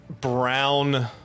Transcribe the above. brown